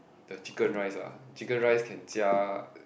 the chicken rice ah chicken rice can 加